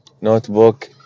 notebook